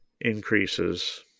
increases